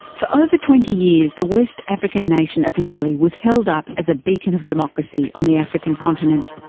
for over twenty years, the west african nation of mali was held up as a beacon of democracy on the african continent.